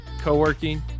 co-working